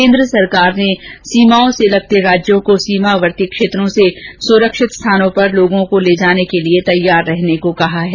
केन्द्र सरकार ने सीमाओं से लगते राज्यों को सीमावर्ती क्षेत्रों से सुरक्षित स्थानों पर ले जाने के लिए तैयार रहने को कहा है